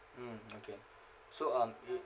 okay so um it